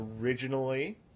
originally